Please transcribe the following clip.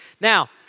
Now